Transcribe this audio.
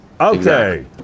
Okay